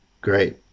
Great